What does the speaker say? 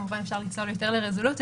כמובן אפשר לצלול יותר לרזולוציות,